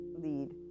lead